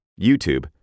YouTube